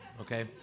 okay